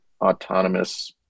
autonomous